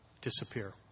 disappear